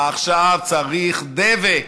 עכשיו צריך דבק.